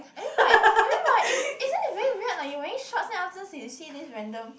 I mean like I mean like it isn't it very weird like you wearing shorts then afterwards you see this random